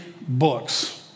books